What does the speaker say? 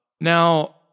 Now